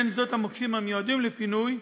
בין שדות המוקשים המיועדים לפינוי,